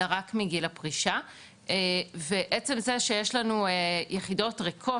אלא רק מגיל הפרישה ועצם זה שיש לנו יחידות ריקות